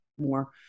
more